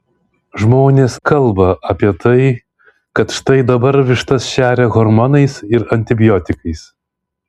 žmonės kalba apie tai kad štai dabar vištas šeria hormonais ir antibiotikais